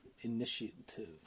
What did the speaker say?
initiative